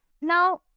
Now